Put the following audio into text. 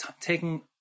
taking